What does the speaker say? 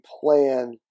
plan